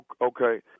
Okay